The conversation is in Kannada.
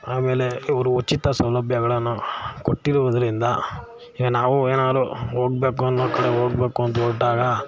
ಆಮೇಲೆ ಇವರು ಉಚಿತ ಸೌಲಭ್ಯಗಳನ್ನು ಕೊಟ್ಟಿರುವುದರಿಂದ ಈಗ ನಾವು ಏನಾದ್ರು ಹೋಗಬೇಕು ಅನ್ನೋ ಕಡೆ ಹೋಗಬೇಕು ಅಂತ ಹೊರಟಾಗ